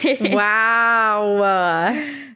wow